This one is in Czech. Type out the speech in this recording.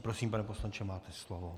Prosím, pane poslanče, máte slovo.